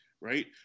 right